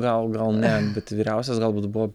gal gal ne bet vyriausias galbūt buvo